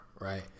right